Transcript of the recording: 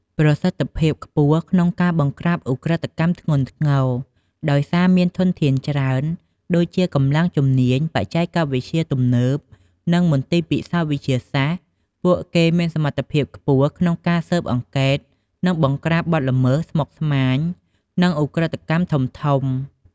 ប្រសិទ្ធភាពខ្ពស់ក្នុងការបង្ក្រាបឧក្រិដ្ឋកម្មធ្ងន់ធ្ងរ ដោយសារមានធនធានច្រើន ដូចជាកម្លាំងជំនាញ បច្ចេកវិទ្យាទំនើប និងមន្ទីរពិសោធន៍វិទ្យាសាស្ត្រ ពួកគេមានសមត្ថភាពខ្ពស់ក្នុងការស៊ើបអង្កេត និងបង្ក្រាបបទល្មើសស្មុគស្មាញ និងឧក្រិដ្ឋកម្មធំៗ។